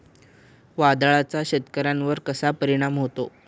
वादळाचा शेतकऱ्यांवर कसा परिणाम होतो?